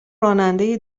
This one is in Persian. راننده